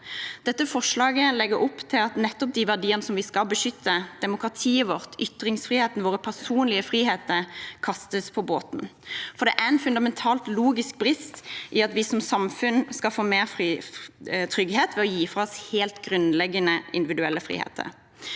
Dette forslaget legger opp til at nettopp de verdiene som vi skal beskytte, demokratiet vårt, ytringsfriheten, våre personlige friheter, kastes på båten. For det er en fundamentalt logisk brist i at vi som samfunn skal få mer trygghet ved å gi fra oss helt grunnleggende individuelle friheter.